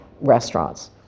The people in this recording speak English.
restaurants